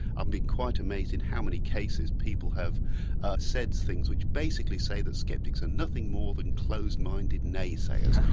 um been quite amazed at how many cases people have said things which basically say that skeptics are nothing more than closed minded and naysayers,